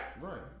Right